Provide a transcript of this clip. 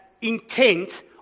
intent